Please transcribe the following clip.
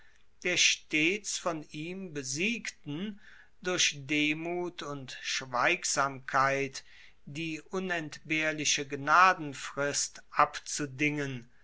der stets von ihm besiegten durch demut und schweigsamkeit die unentbehrliche gnadenfrist abzudingen